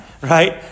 right